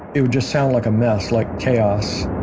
it would just sound like a mess, like chaos